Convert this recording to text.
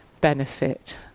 benefit